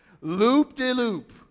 Loop-de-loop